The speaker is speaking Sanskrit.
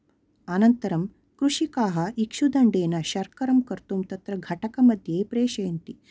अनन्तरं कृषिकाः इक्षुदण्डेन शर्करां कर्तुं तत्र घटकमध्ये प्रेशयन्ति